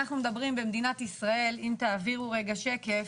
אנחנו מדברים במדינת ישראל, אם תעבירו רגע שקף,